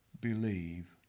Believe